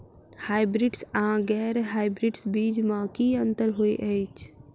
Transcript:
Hybrids आ गैर hybrids बीज म की अंतर होइ अछि?